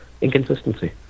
Inconsistency